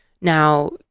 Now